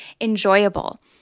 enjoyable